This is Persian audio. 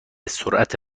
سرعت